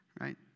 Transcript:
Right